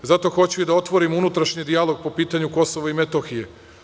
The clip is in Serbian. Zato hoću da otvorim unutrašnji dijalog po pitanju Kosova i Metohije.